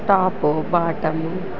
top bottom